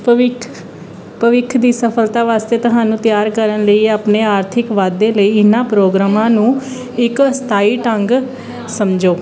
ਭਵਿੱਖ ਭਵਿੱਖ ਦੀ ਸਫਲਤਾ ਵਾਸਤੇ ਤੁਹਾਨੂੰ ਤਿਆਰ ਕਰਨ ਲਈ ਆਪਣੇ ਆਰਥਿਕ ਵਾਧੇ ਲਈ ਇਨ੍ਹਾਂ ਪ੍ਰੋਗਰਾਮਾਂ ਨੂੰ ਇੱਕ ਅਸਥਾਈ ਢੰਗ ਸਮਝੋ